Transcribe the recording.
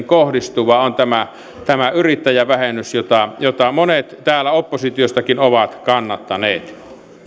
kohdistuva on tämä tämä yrittäjävähennys jota jota monet täällä oppositiostakin ovat kannattaneet sitten